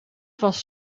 was